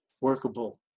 workable